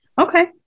okay